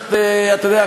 אתה יודע,